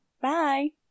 Bye